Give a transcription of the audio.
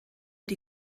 die